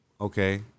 Okay